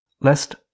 lest